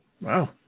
Wow